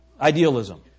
Idealism